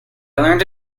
learned